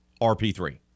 RP3